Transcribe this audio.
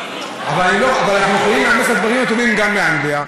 אבל אנחנו יכולים לאמץ את הדברים הטובים מאנגליה,